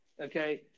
Okay